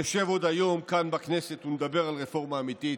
נשב עוד היום כאן בכנסת ונדבר על רפורמה אמיתית.